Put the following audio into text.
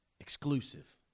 exclusive